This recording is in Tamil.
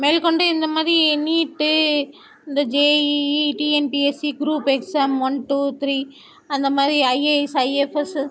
மேல்கொண்டு இந்த மாதிரி நீட்டு இந்த JEE TNPSC group exam one two three அந்த மாதிரி ஐஏஎஸ் ஐஎஃப்எஸ்ஸு